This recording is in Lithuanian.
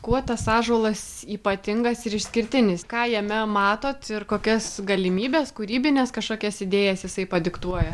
kuo tas ąžuolas ypatingas ir išskirtinis ką jame matot ir kokias galimybes kūrybines kažkokias idėjas jisai padiktuoja